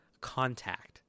contact